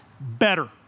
better